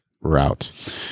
route